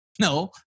no